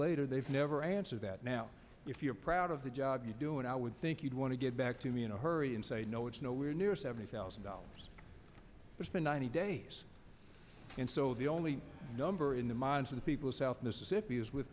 later they've never answered that now if you're proud of the job you do and i would think you'd want to get back to me in a hurry and say no it's nowhere near seventy thousand dollars less than ninety days and so the only number in the minds of the people of south mississippi is with